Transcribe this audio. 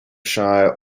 shire